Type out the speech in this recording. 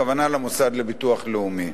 הכוונה למוסד לביטוח לאומי.